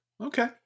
Okay